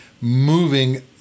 moving